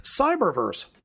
cyberverse